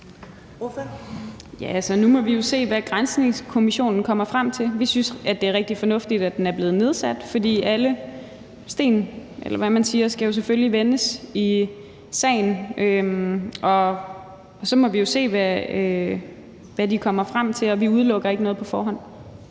Nu må vi jo se, hvad granskningskommissionen kommer frem til. Vi synes, det er rigtig fornuftigt, at den er blevet nedsat, for alle sten skal jo selvfølgelig vendes i sagen, og så må vi jo se, hvad de kommer frem til. Vi udelukker ikke noget på forhånd.